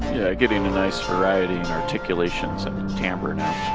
getting a nice variety in articulations and timbre now